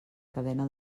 cadena